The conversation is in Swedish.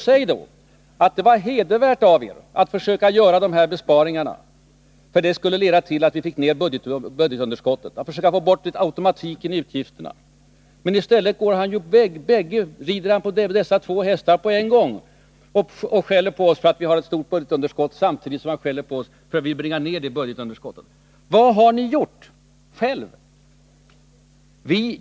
Säg då: Det var hedervärt av er att försöka åstadkomma alla dessa besparingar, för det skulle leda till att vi fick ner budgetunderskottet och fick bort automatiken i utgifterna. Men i stället rider han på bägge hästarna på en gång och skäller på oss både för att vi fick ett stort budgetunderskott och för påstådda skattehöjningar. Vad har ni själva gjort?